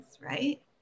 right